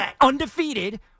undefeated